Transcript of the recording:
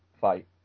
fight